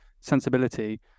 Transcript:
sensibility